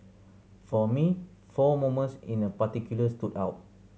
for me four moments in a particular stood out